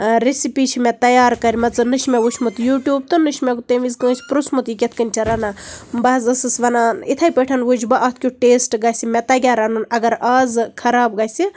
recipe چھِ مےٚ تَیار کَرمَژٕ نہ چھُ مےٚ وُچھمُت یوٗٹیوٗب تہٕ نہ چھُ مےٚ تَمہِ وِزِ کٲنسہِ پرژھمُت یہِ کِتھ کٔنۍ چھِ رَنان بہٕ حظ ٲسس ونان اِتھٕے پٲٹھۍ وُچھٕ بہٕ اَتھ کیُتھ ٹیسٹ گژھِ مےٚ تَگیاہ رَنُن اَگر آز خراب گژھِ